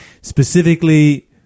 Specifically